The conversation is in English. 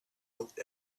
looked